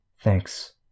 Thanks